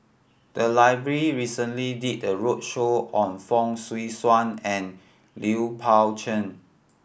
the library recently did a roadshow on Fong Swee Suan and Liu Pao Chuen